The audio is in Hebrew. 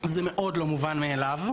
זה מאוד לא מובן מאליו.